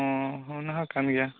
ᱚᱸ ᱚᱱᱟᱦᱚᱸ ᱠᱟᱱ ᱜᱮᱭᱟ